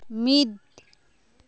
ᱢᱤᱫ